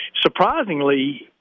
surprisingly